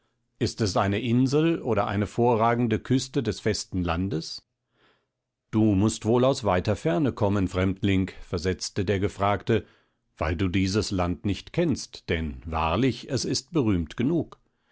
ist es eine insel oder eine vorragende küste des festen landes du mußt wohl aus weiter ferne kommen fremdling versetzte der gefragte weil du dieses land nicht kennst denn wahrlich es ist berühmt genug